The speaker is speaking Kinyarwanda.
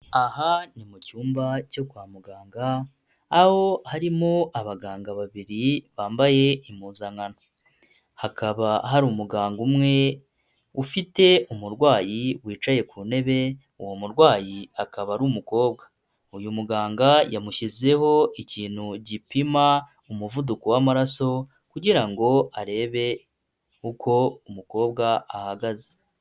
Aha ni mu cyumba cyo kwa muganga, aho harimo abaganga babiri bambaye impuzankano, hakaba hari umuganga umwe ufite umurwayi wicaye ku ntebe. Uwo murwayi akaba ar’umukobwa, uyu muganga yamushyizeho ikintu gipima umuvuduko w'amaraso, kugira ngo arebe uko umukobwa ahagaze.